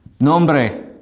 Nombre